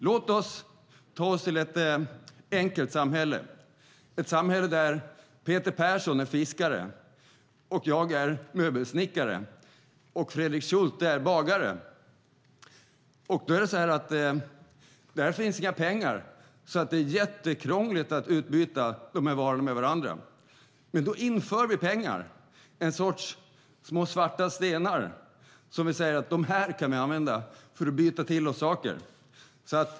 Låt oss ta oss till ett enkelt samhälle, ett samhälle där Peter Persson är fiskare, jag är möbelsnickare och Fredrik Schulte är bagare. Där finns inga pengar, så det är krångligt att byta dessa varor med varandra. Därför inför vi pengar, en sorts små svarta stenar som vi kan använda för att byta till oss saker med.